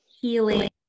healing